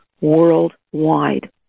worldwide